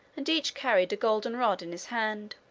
and each carried a golden rod in his hand.